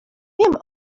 wiem